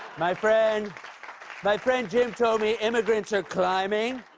my friend my friend jim told me immigrants are climbing,